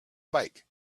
bike